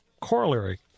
corollary